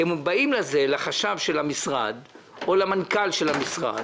הם באים לחשב של המשרד או למנכ"ל המשרד